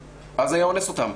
אז הוא היה אונס אותן.